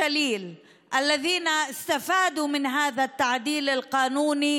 לעיר עכו ובגליל שהפיקו תועלת מתיקון החוק הזה,